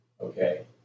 okay